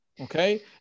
okay